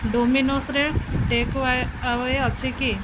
ଡୋମିନୋସ୍ରେ takeaway ଅଛି କି